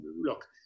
look